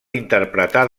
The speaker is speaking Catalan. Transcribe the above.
interpretar